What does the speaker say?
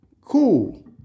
Cool